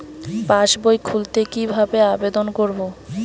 পাসবই খুলতে কি ভাবে আবেদন করব?